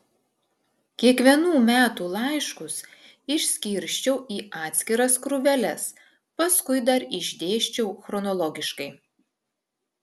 kiekvienų metų laiškus išskirsčiau į atskiras krūveles paskui dar išdėsčiau chronologiškai